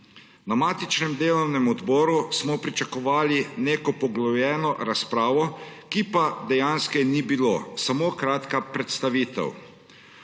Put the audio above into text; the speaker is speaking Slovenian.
Na matičnem delovnem odboru smo pričakovali neko poglobljeno razpravo, ki pa je dejansko ni bilo, samo kratka predstavitev.